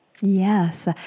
Yes